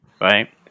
Right